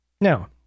Now